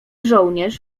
żołnierz